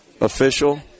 official